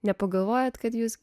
nepagalvojate kad jūs